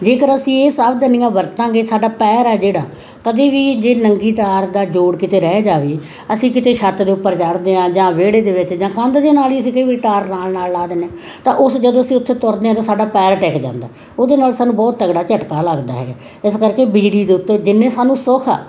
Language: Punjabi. ਜੇਕਰ ਅਸੀਂ ਇਹ ਸਾਵਧਾਨੀਆਂ ਵਰਤਾਂਗੇ ਸਾਡਾ ਪੈਰ ਹੈ ਜਿਹੜਾ ਕਦੇ ਵੀ ਜੇ ਨੰਗੀ ਤਾਰ ਦਾ ਜੋੜ ਕਿਤੇ ਰਹਿ ਜਾਵੇ ਅਸੀਂ ਕਿਤੇ ਛੱਤ ਦੇ ਉੱਪਰ ਚੜਦੇ ਹਾਂ ਜਾਂ ਵਿਹੜੇ ਦੇ ਵਿੱਚ ਜਾਂ ਕੰਧ ਦੇ ਨਾਲ ਹੀ ਅਸੀਂ ਕਈ ਵਾਰੀ ਤਾਰ ਨਾਲ ਨਾਲ ਲਾ ਦਿੰਦੇ ਤਾਂ ਉਸ ਜਦੋਂ ਅਸੀਂ ਉੱਥੇ ਤੁਰਦੇ ਹਾਂ ਤਾਂ ਸਾਡਾ ਪੈਰ ਟਿਕ ਜਾਂਦਾ ਉਹਦੇ ਨਾਲ ਸਾਨੂੰ ਬਹੁਤ ਤਗੜਾ ਝਟਕਾ ਲੱਗਦਾ ਹੈਗਾ ਇਸ ਕਰਕੇ ਬਿਜਲੀ ਦੇ ਉੱਤੇ ਜਿੰਨੇ ਸਾਨੂੰ ਸੁੱਖ ਆ